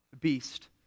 beast